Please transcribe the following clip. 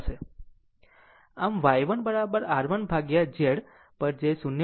આમ y 1 r 1 ભાગ્યા Z પર જે 0